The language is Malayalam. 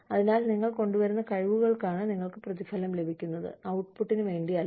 അതിനാൽ നിങ്ങൾ കൊണ്ടുവരുന്ന കഴിവുകൾക്കാണ് നിങ്ങൾക്ക് പ്രതിഫലം ലഭിക്കുന്നത് ഔട്ട്പുട്ടിന് വേണ്ടിയല്ല